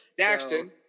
Daxton